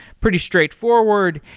pretty straight forward.